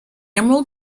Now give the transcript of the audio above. emerald